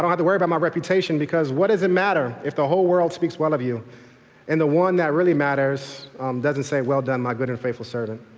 um have to worry about my reputation because what does it matter if the whole world speaks well of you and the one that really matters doesn't say, well done, my good and faithful servant.